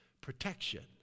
Protection